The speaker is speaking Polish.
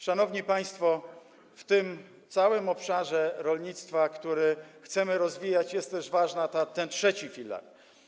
Szanowni państwo, w tym całym obszarze rolnictwa, który chcemy rozwijać, jest też ważny ten trzeci filar.